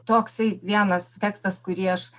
toksai vienas tekstas kurį aš